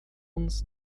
uns